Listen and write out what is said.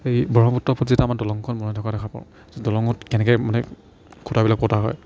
এই বহ্মপুত্ৰ ওপৰত যেতিয়া আমাৰ দলংখন বনাই থকা দেখা পাওঁঁ দলঙত কেনেকৈ মানে খুঁটাবিলাক পতা হয়